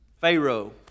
Pharaoh